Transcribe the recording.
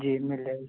जी मिल जाएगी